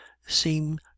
seem